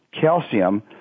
calcium